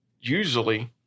Usually